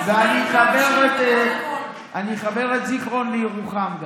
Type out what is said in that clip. ואני גם אחבר את זיכרון לירוחם.